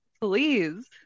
Please